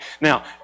Now